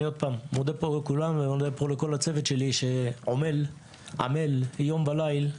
אני מודה פה לכולם ולצוות שלי שעמל יום ולילה